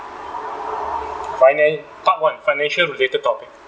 finan~ part one financial-related topic